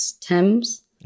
thames